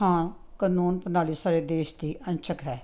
ਹਾਂ ਕਾਨੂੰਨ ਪ੍ਰਣਾਲੀ ਸਾਰੇ ਦੇਸ਼ ਦੀ ਅੰਸ਼ਕ ਹੈ